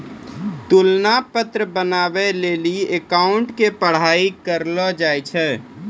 तुलना पत्र बनाबै लेली अकाउंटिंग के पढ़ाई करलो जाय छै